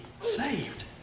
saved